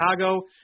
Chicago